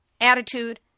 attitude